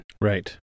right